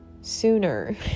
sooner